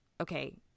okay